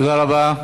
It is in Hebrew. תודה רבה.